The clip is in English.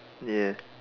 ya